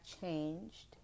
changed